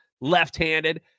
left-handed